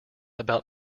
about